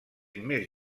més